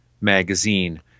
magazine